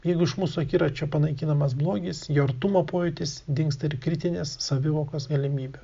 jeigu iš mūsų akiračio panaikinamas blogis jo artumo pojūtis dingsta ir kritinės savivokos galimybių